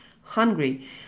hungry